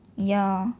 ya